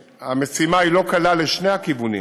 והמשימה לא קלה, לשני הכיוונים